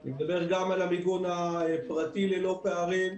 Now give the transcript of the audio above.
אני מדבר גם על המיגון הפרטי ללא פערים,